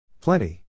Plenty